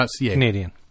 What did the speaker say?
Canadian